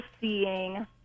seeing